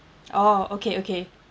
oh okay okay